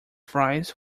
fries